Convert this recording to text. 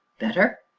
better?